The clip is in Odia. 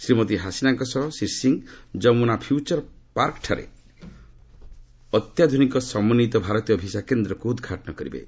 ଶ୍ରୀମତୀ ହାସିନାଙ୍କ ସହ ଶ୍ରୀ ସିଂ ଯମୁନା ଫିୟୁଚର ପାକ୍ଠାରେ ଅତ୍ୟାଧୁନିକ ସମନ୍ଧିତ ଭାରତୀୟ ଭିସା କେନ୍ଦ୍ରକୁ ଉଦ୍ଘାଟନ କରିବେ